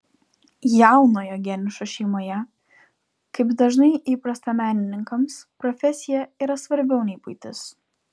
jaunojo geniušo šeimoje kaip dažnai įprasta menininkams profesija yra svarbiau nei buitis